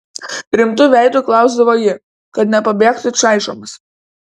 rimtu veidu klausdavo ji kad nepabėgtų čaižomas